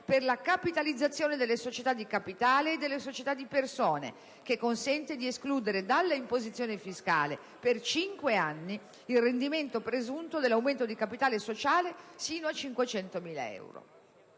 per la capitalizzazione delle società di capitale e delle società di persone, che consente di escludere dall'imposizione fiscale, per cinque anni, il rendimento presunto dell'aumento di capitale sociale sino a 500.000 euro.